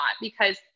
because-